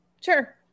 sure